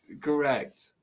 Correct